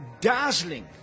dazzling